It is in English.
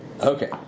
Okay